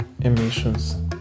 emissions